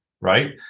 right